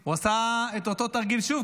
הוא עשה את אותו תרגיל שוב,